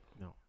No